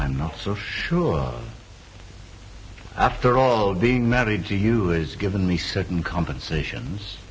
i'm not so sure after all being married to you has given me certain compensations